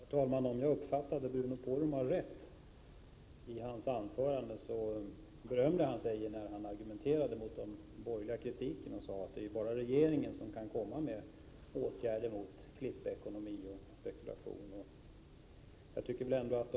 Herr talman! Om jag uppfattade Bruno Poromaa rätt berömde han sig i sin argumentation mot den borgerliga kritiken och sade att det bara är regeringen som kan föreslå åtgärder mot ss.k. klippekonomi och spekulation.